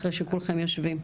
אחרי שכולכם יושבים?